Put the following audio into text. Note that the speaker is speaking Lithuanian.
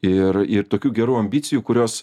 ir ir tokių gerų ambicijų kurios